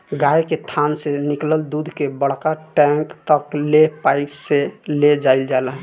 गाय के थान से निकलल दूध के बड़का टैंक तक ले पाइप से ले जाईल जाला